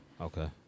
Okay